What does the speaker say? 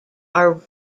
are